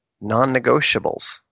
non-negotiables